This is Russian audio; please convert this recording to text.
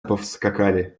повскакали